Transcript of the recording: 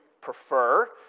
prefer